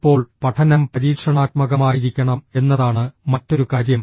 ഇപ്പോൾ പഠനം പരീക്ഷണാത്മകമായിരിക്കണം എന്നതാണ് മറ്റൊരു കാര്യം